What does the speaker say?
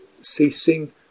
ceasing